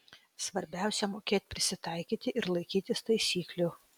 svarbiausia mokėt prisitaikyti ir laikytis taisyklių